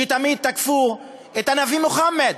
שתמיד תקפו את הנביא מוחמד.